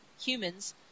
humans